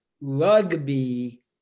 rugby